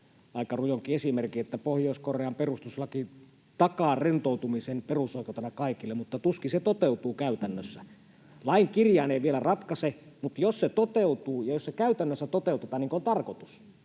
aika rujonkin esimerkin, että Pohjois-Korean perustuslaki takaa rentoutumisen perusoikeutena kaikille, mutta tuskin se toteutuu käytännössä. Lain kirjain ei vielä ratkaise, mutta jos se toteutuu ja jos se käytännössä toteutetaan niin kuin on tarkoitus,